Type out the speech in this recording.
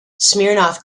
smirnov